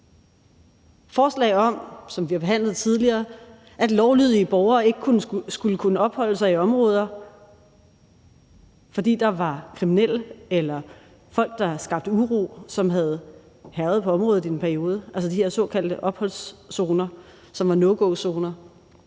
om, at lovlydige borgere ikke skulle kunne opholde sig i områder, fordi der var kriminelle eller folk, der skabte uro, som havde hærget på området i en periode, altså de her såkaldte opholdszoner, som var no go-zoner.